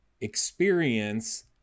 experience